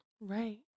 Right